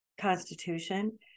Constitution